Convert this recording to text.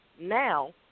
now